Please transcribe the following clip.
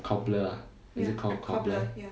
cobbler ah is it called cobbler